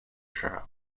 shroud